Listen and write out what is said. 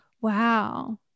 Wow